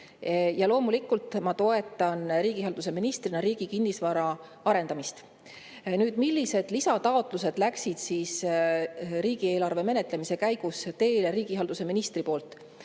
Loomulikult ma toetan riigihalduse ministrina riigi kinnisvara arendamist. Millised lisataotlused läksid riigieelarve menetlemise käigus teele riigihalduse ministrilt?